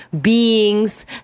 beings